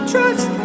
Trust